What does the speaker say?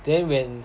then when